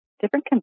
different